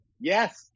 Yes